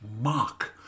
mock